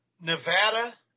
Nevada